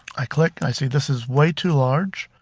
i click, i see this is way too large.